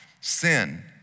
sin